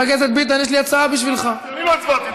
אני בעצמי לא הצבעתי.